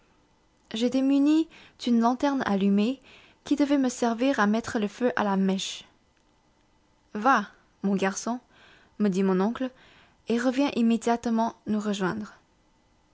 j'étais muni d'une lanterne allumée qui devait me servir à mettre le feu à la mèche va mon garçon me dit mon oncle et reviens immédiatement nous rejoindre